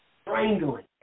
Strangling